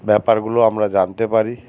ব্যাপারগুলো আমরা জানতে পারি